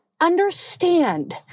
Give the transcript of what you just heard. understand